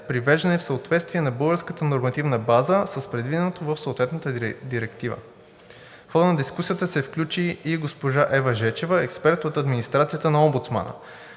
привеждане в съответствие на българската нормативна база с предвиденото в съответната директива. В хода на дискусията се включи и госпожа Ева Жечева, експерт от администрацията на омбудсмана.